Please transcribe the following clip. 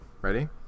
Ready